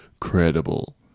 credible